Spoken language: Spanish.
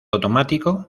automático